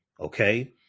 okay